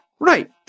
right